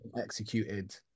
executed